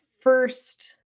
first